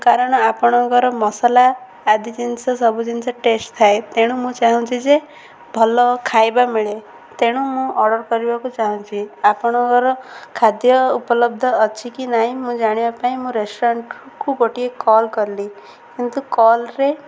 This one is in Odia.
କାରଣ ଆପଣଙ୍କର ମସଲା ଆଦି ଜିନିଷ ସବୁ ଜିନିଷ ଟେଷ୍ଟ୍ ଥାଏ ତେଣୁ ମୁଁ ଚାହୁଁଛି ଯେ ଭଲ ଖାଇବା ମିଳେ ତେଣୁ ମୁଁ ଅର୍ଡ଼ର୍ କରିବାକୁ ଚାହୁଁଛି ଆପଣଙ୍କର ଖାଦ୍ୟ ଉପଲବ୍ଧ ଅଛି କି ନାହିଁ ମୁଁ ଜାଣିବା ପାଇଁ ମୋ ରେଷ୍ଟୁରାଣ୍ଟ୍କୁ ଗୋଟିଏ କଲ୍ କଲି କିନ୍ତୁ କଲ୍ରେ